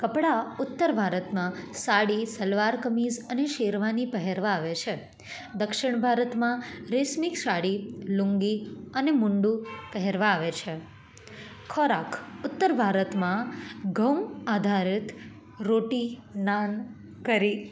કપડાં ઉત્તર ભારતમાં સાડી સલવાર કમીઝ અને શેરવાની પહેરવા આવે છે દક્ષિણ ભારતમાં રેશમી સાડી લુંગી અને મૂંડું પહેરવા આવે છે ખોરાક ઉત્તર ભારતમાં ઘઉં આધારિત રોટી નાન કરી